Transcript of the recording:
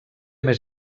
més